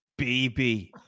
bb